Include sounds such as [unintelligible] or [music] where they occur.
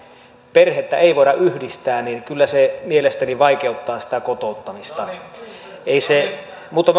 perhettä ei voida yhdistää kyllä mielestäni vaikeuttaa sitä kotouttamista mutta [unintelligible]